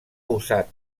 usat